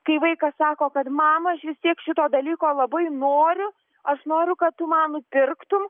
kai vaikas sako kad mama aš vis tiek šito dalyko labai noriu aš noriu kad tu man nupirktum